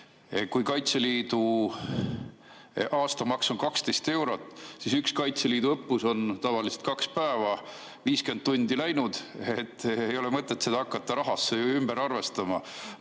Kui Kaitseliidu aastamaks on 12 eurot, siis üks Kaitseliidu õppus on tavaliselt kaks päeva, 50 tundi läinud, ei ole ju mõtet hakata seda rahasse ümber arvestama.